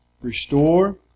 restore